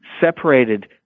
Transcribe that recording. separated